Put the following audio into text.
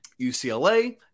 UCLA